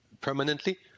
permanently